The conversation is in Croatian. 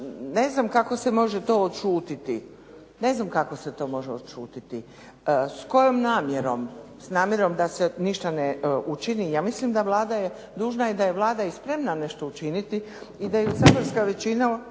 kad pogledate sadržaj onda ne znam kako se to može odšutiti, s kojom namjerom. S namjerom da se ništa učini? Ja mislim da je Vlada dužna i da je Vlada i spremna nešto učiniti i da ju saborska većina